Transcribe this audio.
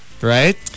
Right